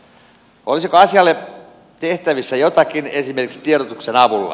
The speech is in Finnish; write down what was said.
olisiko asialle tehtävissä jotakin esimerkiksi tiedotuksen avulla